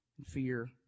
Fear